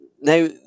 Now